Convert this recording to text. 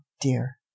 dear